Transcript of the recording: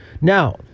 Now